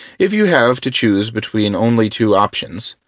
if you have to choose between only two options,